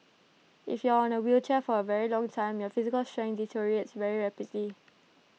if you are on A wheelchair for A very long time your physical strength deteriorates very rapidly